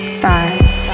thighs